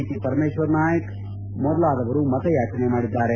T Parameshwar Naik ಮೊದಲಾದವರು ಮತಯಾಚನೆ ಮಾಡಿದ್ದಾರೆ